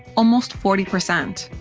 almost forty percent,